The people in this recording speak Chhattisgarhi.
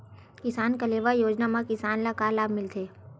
किसान कलेवा योजना म किसान ल का लाभ मिलथे?